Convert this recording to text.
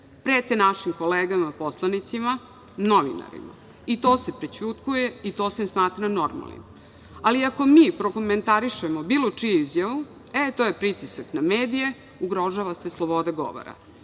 prete našim kolegama poslanicima, novinarima, i to se prećutkuje, i to se smatra normalnim. Ako mi prokomentarišemo bilo čiju izjavu, to je pritisak na medije, ugrožava se sloboda govora.